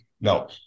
No